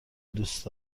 دوست